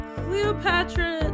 cleopatra